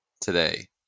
today